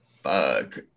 fuck